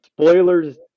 Spoilers